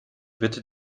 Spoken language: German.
bitte